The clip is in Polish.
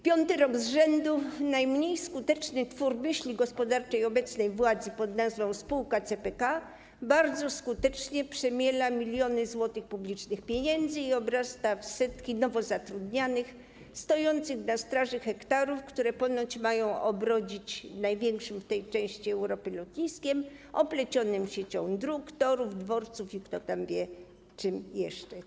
Piąty rok z rzędu najmniej skuteczny twór myśli gospodarczej obecnej władzy pod nazwą: spółka CPK bardzo skutecznie przemiela miliony złotych publicznych pieniędzy i obrasta w setki nowo zatrudnianych, stojących na straży hektarów, które ponoć mają obrodzić największym w tej części Europy lotniskiem oplecionym siecią dróg, torów, dworców i kto tam wie, czym jeszcze.